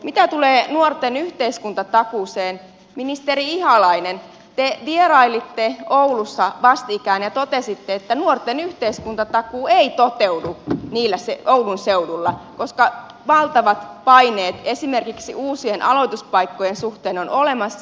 mitä tulee nuorten yhteiskuntatakuuseen ministeri ihalainen te vierailitte oulussa vastikään ja totesitte että nuorten yhteiskuntatakuu ei toteudu oulun seudulla koska valtavat paineet esimerkiksi uusien aloituspaikkojen suhteen ovat olemassa